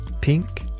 pink